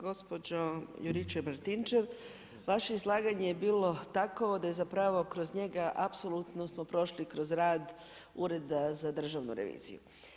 Gospođo Juričev-Martinčev, vaše izlaganje je bilo tako da je zapravo kroz njega apsolutno smo prošli kroz rad ureda za Državnu reviziju.